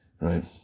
right